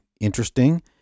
interesting